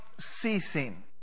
ceasing